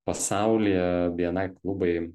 pasaulyje bni klubai